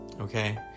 okay